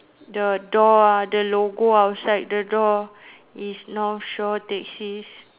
the door the logo outside the door is north shore taxis